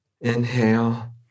Inhale